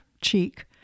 cheek